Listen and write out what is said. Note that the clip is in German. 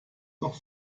noch